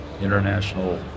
International